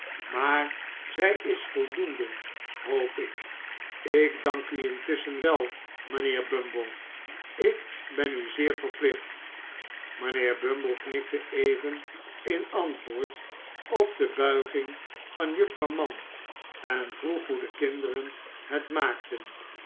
maar zij is voldoende hoop ik ik dank u intusschen wel mijnheer bumble ik ben u zeer verplicht mijnheer bumble knikte even in antwoord op de buiging van juffrouw mann en vroeg hoe de kinderen het maakten